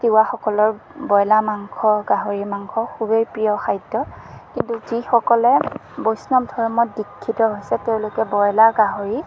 তিৱাসকলৰ broiler মাংস গাহৰি মাংস খুবেই প্ৰিয় খাদ্য কিন্তু যিসকলে বৈষ্ণৱ ধৰ্মত দিক্ষিত হৈছে তেওঁলোকে বইলাৰ গাহৰি